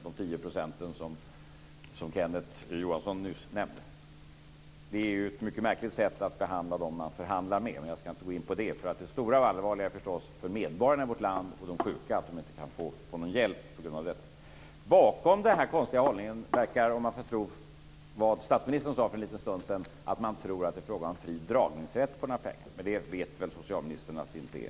Det handlar om de tio procenten, som Det är ju ett mycket märkligt sätt att behandla dem som man förhandlar med, men jag ska inte gå in på det. Det stora och allvarliga för medborgarna i vårt land och de sjuka är förstås att de inte kan få någon hjälp på grund av detta. Om man får tro vad statsministern sade för en stund sedan verkar bakgrunden till den här konstiga hållningen vara att man tror att det är frågan om fri dragningsrätt på några pengar. Men det vet väl socialministern att det inte är.